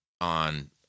on